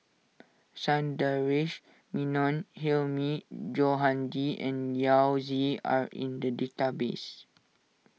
Sundaresh Menon Hilmi Johandi and Yao Zi are in the database